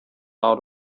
out